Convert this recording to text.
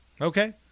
okay